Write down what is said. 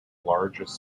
largest